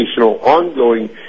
ongoing